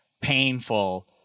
painful